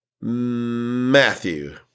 Matthew